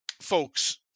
folks